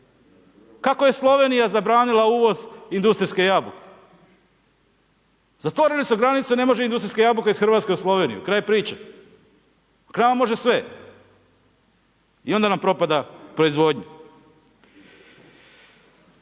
Kako je Slovenija zabranila uvoz industrijske jabuke, zatvorili su granice i ne može industrijske jabuke iz Hrvatske u Sloveniju, kraj priče. …/Govornik se ne razumije./… može sve i onda nam propada proizvodnja.